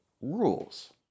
rules